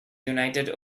united